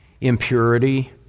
impurity